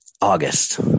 August